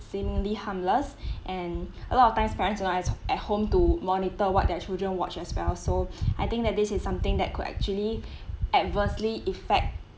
seemingly harmless and a lot of times parents are not at home to monitor what their children watch as well so I think that this is something that could actually adversely affect